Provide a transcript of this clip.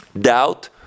doubt